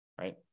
right